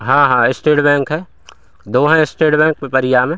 हाँ हाँ state bank है दो हैं इस्टेट बैंक पिपरिया में